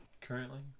Currently